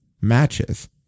Matches